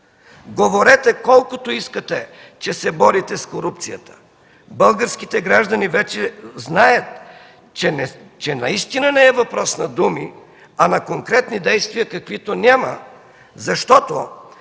Говорете колкото искате, че се борите с корупцията. Българските граждани вече знаят, че наистина не е въпрос на думи, а на конкретни действия, каквито няма, защото